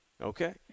Okay